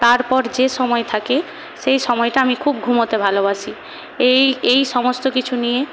তারপর যে সময় থাকে সে সময়তে আমি খুব ঘুমোতে ভালোবাসি এই এই সমস্তকিছু নিয়ে